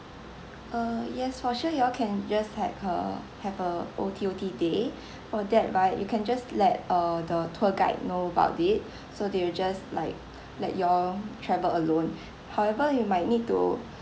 uh yes for sure you all can just had a have O_T O_T day for that right you can just let uh the tour guide know about it so they will just like let you all travel alone however you might need to